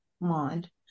mind